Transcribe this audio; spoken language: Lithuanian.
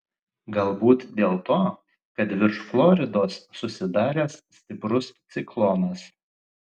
galbūt dėl to kad virš floridos susidaręs stiprus ciklonas